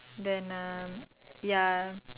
then uh ya